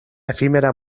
efímera